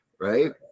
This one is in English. right